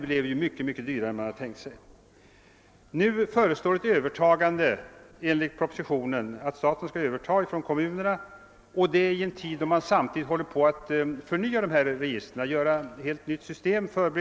Vad det här gäller är fastighetsregistret.